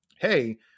hey